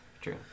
True